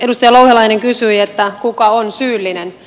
edustaja louhelainen kysyi kuka on syyllinen